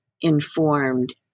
informed